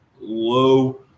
low